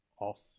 off